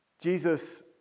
Jesus